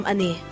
Ani